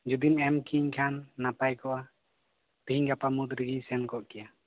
ᱡᱩᱫᱤᱢ ᱮᱢ ᱠᱤᱧ ᱠᱷᱟᱱ ᱱᱟᱯᱟᱭ ᱠᱚᱜᱼᱟ ᱛᱮᱦᱮᱧ ᱜᱟᱯᱟ ᱢᱩᱫᱽ ᱨᱮᱜᱤᱧ ᱥᱮᱱᱠᱚᱜ ᱠᱮᱭᱟ